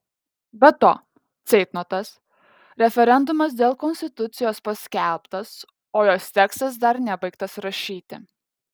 be to ceitnotas referendumas dėl konstitucijos paskelbtas o jos tekstas dar nebaigtas rašyti